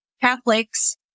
Catholics